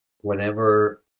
whenever